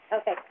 Okay